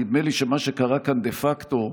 נדמה לי שמה שקרה כאן דה פקטו,